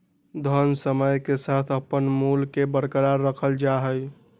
धन समय के साथ अपन मूल्य के बरकरार रखल जा हई